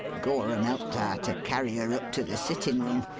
gorham helped ah to carry her up to the sittin'-room,